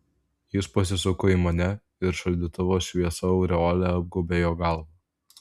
jis pasisuko į mane ir šaldytuvo šviesa aureole apgaubė jo galvą